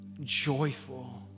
joyful